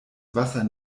wasser